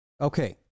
Okay